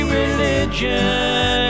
religion